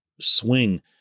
swing